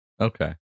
okay